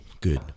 Good